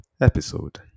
episode